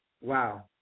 Wow